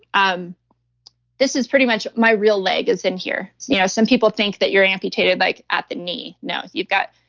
um this is pretty much my real leg is in here you know some people think that you're amputated like at the knee. no, you've got.